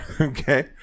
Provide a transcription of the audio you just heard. Okay